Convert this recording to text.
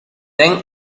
then